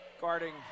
guarding